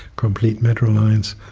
complete metro lines.